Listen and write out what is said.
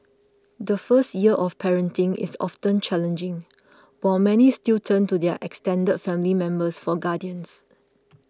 the first year of parenting is often challenging while many still turn to their extended family members for guidance